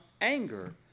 anger